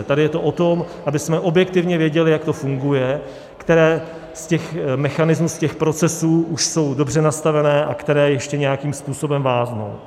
Tady je to o tom, abychom objektivně věděli, jak to funguje, které z těch mechanismů, z těch procesů už jsou dobře nastavené a které ještě nějakým způsobem váznou.